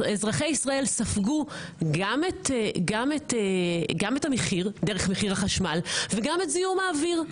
אזרחי ישראל ספגו גם את המחיר דרך מחיר החשמל וגם את זיהום האוויר.